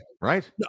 right